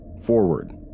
Forward